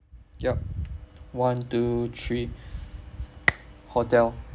yup one two three hotel